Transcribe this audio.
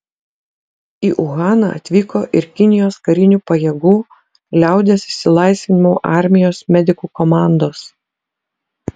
į uhaną atvyko ir kinijos karinių pajėgų liaudies išlaisvinimo armijos medikų komandos